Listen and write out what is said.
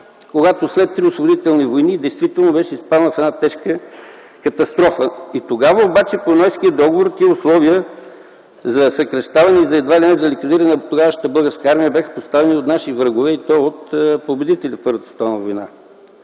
когато след три освободителни войни, действително беше изпаднала в една тежка катастрофа. И тогава обаче по Ньойския договор тези условия – за съкращаване и едва ли не за ликвидиране на тогавашната българска армия, бяха поставени от наши врагове, и то от победители в Първата световна война.